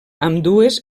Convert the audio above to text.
ambdues